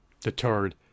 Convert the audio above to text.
deterred